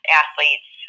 athletes